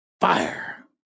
fire